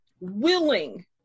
willing